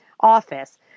office